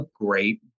great